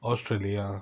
Australia